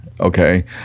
okay